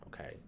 okay